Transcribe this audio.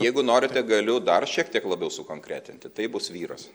jeigu norite galiu dar šiek tiek labiau sukonkretinti tai bus vyras